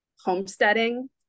homesteading